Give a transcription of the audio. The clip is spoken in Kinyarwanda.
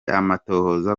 amatohoza